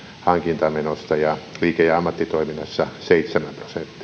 hankintamenosta ja liike ja ammattitoiminnassa seitsemän prosenttia